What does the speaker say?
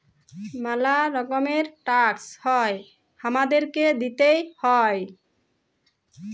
ম্যালা রকমের ট্যাক্স হ্যয় হামাদেরকে দিতেই হ্য়য়